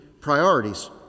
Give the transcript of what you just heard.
priorities